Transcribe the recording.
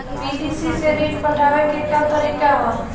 PDC से ऋण पटावे के का तरीका ह?